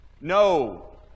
No